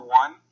one